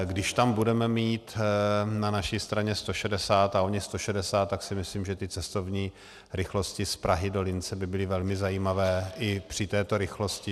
Když budeme mít na naší straně 160 a oni 160, tak si myslím, že ty cestovní rychlosti z Prahy do Lince by byly velmi zajímavé i při této rychlosti.